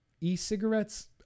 e-cigarettes